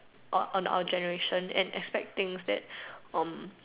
on on our generation and expect things that um